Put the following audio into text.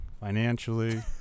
financially